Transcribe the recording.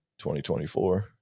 2024